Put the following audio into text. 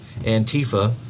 Antifa